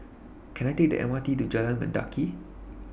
Can I Take The M R T to Jalan Mendaki